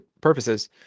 purposes